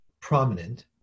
prominent